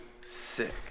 sick